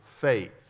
faith